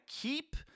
keep